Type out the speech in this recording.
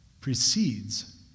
precedes